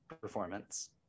performance